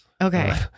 Okay